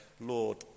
Lord